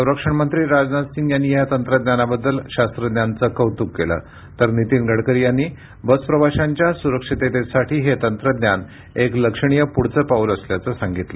संरक्षण मंत्री राजनाथ सिंग यांनी या तंत्रज्ञानाबद्दल शास्त्रज्ञांचं कौतुक केलं तर नीतीन गडकरी यांनी बस प्रवाशांच्या सुरक्षिततेसाठी हे तंत्रज्ञान एक लक्षणीय पुढचं पाऊल असल्याचं सांगितलं